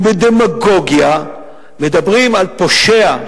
ובדמגוגיה מדברים על פושע,